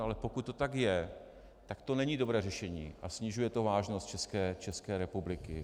Ale pokud to tak je, tak to není dobré řešení a snižuje to vážnost České republiky.